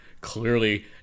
clearly